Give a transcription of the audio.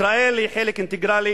ישראל היא חלק אינטגרלי